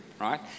right